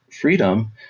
freedom